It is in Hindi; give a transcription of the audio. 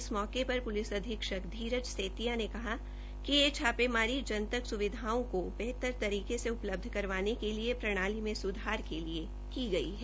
इस मौके पर प्लिस अधीक्षक धीरज सेतिया ने कहा कि यह छापामारी जनतक स्विधाओं को बेहतर तरीके से उपलब्ध करवाने के लिए प्रणाली में सुधार के लिए की गई है